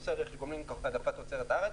בנושא רכש גומלין העדפת תוצרת הארץ,